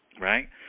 right